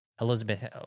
Elizabeth